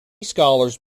scholars